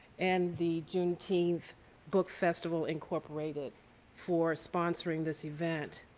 and the juneteenth book festival incorporated for sponsoring this event.